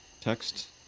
text